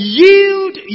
yield